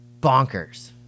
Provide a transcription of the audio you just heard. bonkers